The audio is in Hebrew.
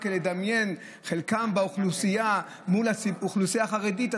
רק לדמיין לפי חלקם באוכלוסייה מול האוכלוסייה החרדית,